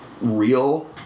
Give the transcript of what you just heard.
real